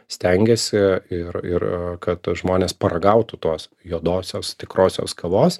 stengiasi ir ir kad žmonės paragautų tos juodosios tikrosios kavos